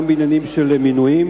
גם בעניינים של מינויים,